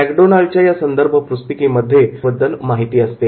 मॅकडोनाल्डच्या या संदर्भपुस्तिकेमध्ये प्रत्येक प्रक्रियेबद्दल माहिती असते